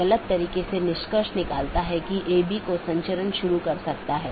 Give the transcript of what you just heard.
इसका मतलब है कि कौन से पोर्ट और या नेटवर्क का कौन सा डोमेन आप इस्तेमाल कर सकते हैं